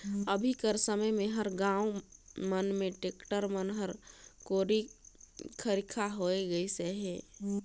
अभी कर समे मे हर गाँव मन मे टेक्टर मन हर कोरी खरिखा होए गइस अहे